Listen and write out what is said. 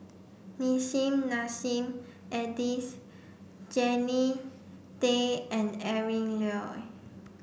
Nissim Nassim Adis Jannie Tay and Adrin Loi